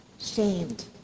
shamed